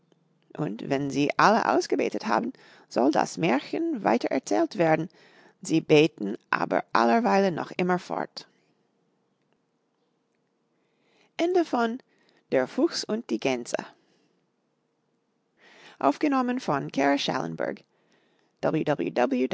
und wenn sie alle ausgebetet haben soll das märchen weiter erzählt werden sie beten aber alleweile noch immer fort